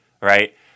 right